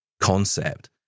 concept